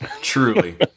Truly